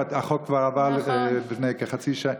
כי החוק כבר עבר לפני כחצי שנה,